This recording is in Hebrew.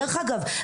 דרך אגב,